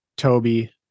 Toby